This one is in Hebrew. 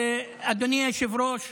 אדוני היושב ראש,